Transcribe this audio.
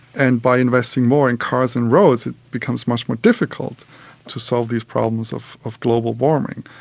and by investing more in cars and roads it becomes much more difficult to solve these problems of of global warming.